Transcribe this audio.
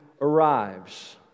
arrives